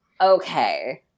okay